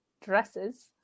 dresses